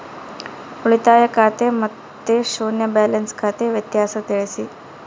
ಉಳಿತಾಯ ಖಾತೆ ಮತ್ತೆ ಶೂನ್ಯ ಬ್ಯಾಲೆನ್ಸ್ ಖಾತೆ ವ್ಯತ್ಯಾಸ ತಿಳಿಸಿ?